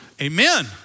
amen